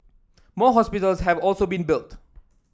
more hospitals have also been built